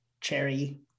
cherry